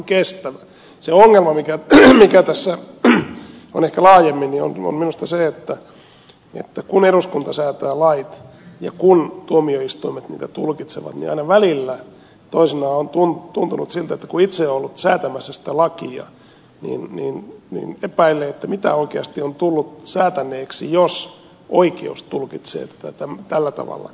se ongelma mikä tässä on ehkä laajemmin on minusta se että kun eduskunta säätää lait ja kun tuomioistuimet niitä tulkitsevat niin aina välillä toisinaan on tuntunut siltä että kun itse on ollut säätämässä sitä lakia niin epäilee mitä oikeasti on tullut säätäneeksi jos oikeus tulkitsee tätä tällä tavalla